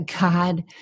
God